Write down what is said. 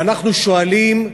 ואנחנו שואלים,